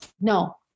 no